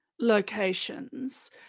locations